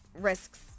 risks